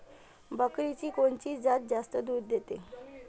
बकरीची कोनची जात जास्त दूध देते?